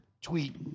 tweet